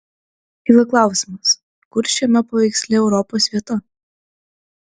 kyla klausimas kur šiame paveiksle europos vieta